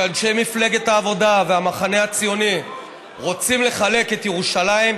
שאנשי מפלגת העבודה והמחנה הציוני רוצים לחלק את ירושלים.